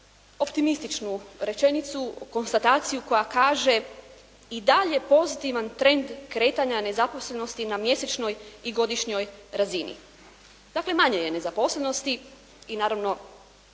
optimističnu rečenicu, konstataciju koja kaže: I dalje pozitivan trend kretanja nezaposlenosti na mjesečnoj i godišnjoj razini. Dakle manje je nezaposlenosti i naravno